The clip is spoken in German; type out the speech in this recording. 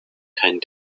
keinen